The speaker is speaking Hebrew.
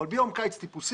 אבל בל ביום קיץ טיפוסי